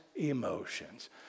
emotions